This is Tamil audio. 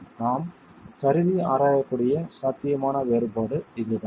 நாம் கருதி ஆராயக்கூடிய சாத்தியமான வேறுபாடு இதுதான்